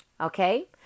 Okay